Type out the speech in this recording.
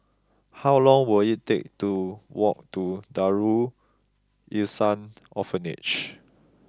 how long will it take to walk to Darul Ihsan Orphanage